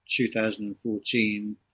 2014